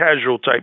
casual-type